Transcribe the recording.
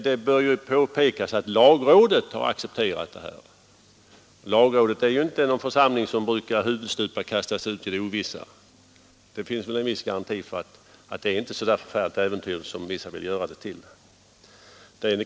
Det bör påpekas att lagrådet har accepterat det här förslaget, och det är inte någon församling som brukar kasta sig huvudstupa ut i det ovissa. Där ligger det väl en viss garanti för att förslaget inte är så äventyrligt som somliga vill göra det till.